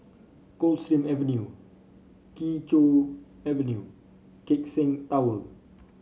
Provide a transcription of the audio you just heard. Coldstream Avenue Kee Choe Avenue Keck Seng Tower